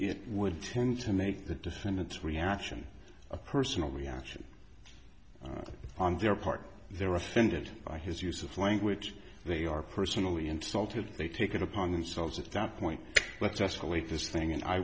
it would tend to make the defendants reaction a personal reaction on their part they're offended by his use of language they are personally insulted they take it upon themselves at that point let's just leave this thing and i